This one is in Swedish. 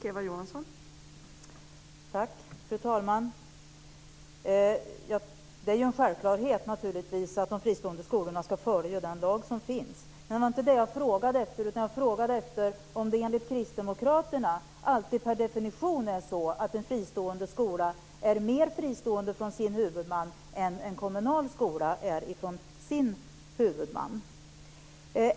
Fru talman! Det är en självklarhet att de fristående skolorna ska följa den lag som finns. Det var inte det jag frågade om. Jag frågade om det enligt Kristdemokraterna alltid per definition är så att en fristående skola är mer fristående från sin huvudman än en kommunal skola är ifrån sin huvudman.